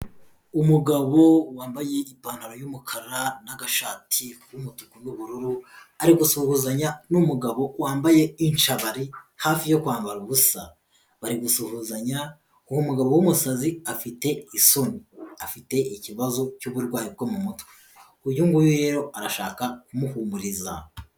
Umugabo wambaye ipantaro y'umukara n'agashati k'umutuku n'ubururu ari gusuhuzanya n'umugabo wambaye inshabari hafi yo kwambara ubusa, bari gusuhuzanya uwo mugabo w'umusazi afite isoni afite ikibazo cy'uburwayi bwo mu mutwe, uyu nguyu rero arashaka kumuhumuriza.